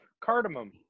cardamom